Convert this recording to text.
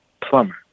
plumber